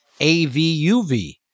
AVUV